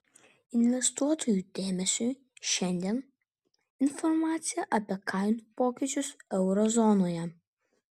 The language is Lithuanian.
investuotojų dėmesiui šiandien informacija apie kainų pokyčius euro zonoje